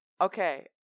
Okay